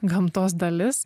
gamtos dalis